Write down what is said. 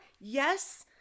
Yes